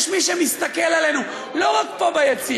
יש מי שמסתכל עלינו, לא רק פה ביציע.